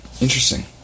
Interesting